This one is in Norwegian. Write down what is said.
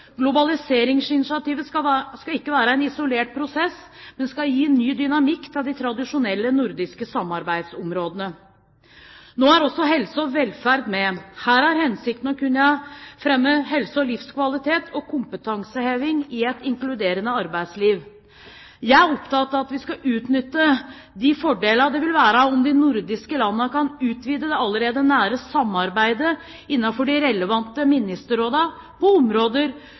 Globaliseringsinitiativet skal ikke være en isolert prosess, men skal gi ny dynamikk til de tradisjonelle nordiske samarbeidsområdene. Nå er også helse og velfred med. Her er hensikten å kunne fremme helse og livskvalitet og kompetanseheving i et inkluderende arbeidsliv. Jeg er opptatt av at vi skal utnytte den fordelen det vil være om de nordiske landene kan utvide det allerede nære samarbeidet innenfor de relevante ministerrådene på områder